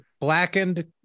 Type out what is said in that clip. blackened